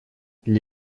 для